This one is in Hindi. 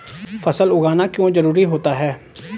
फसल उगाना क्यों जरूरी होता है?